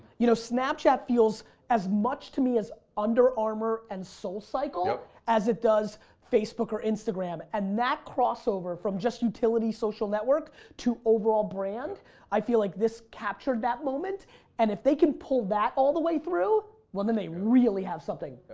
you know, snapchat feels as much to me as under armour and soul cycle yep. as it does facebook or instagram and that crossover from just utility social network to overall brand i feel like this captured that moment and if they can pull that all the way through well then they really have something.